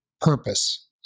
purpose